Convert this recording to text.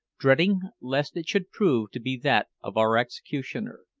dreading lest it should prove to be that of our executioner.